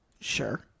Sure